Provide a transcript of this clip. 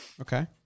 Okay